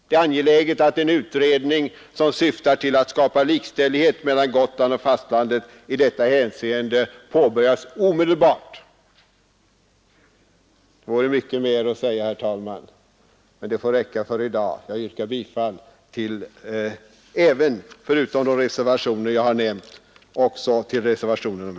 Det är angeläget att en utredning som syftar till att skapa likställighet mellan Gotland och fastlandet i detta avseende påbörjas omedelbart. Herr talman! Det kunde vara mycket mer att säga i detta ärende, men det anförda får räcka för i dag. Utöver det yrkande som jag tidigare ställde yrkar jag nu också bifall till reservationen 4.